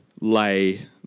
lay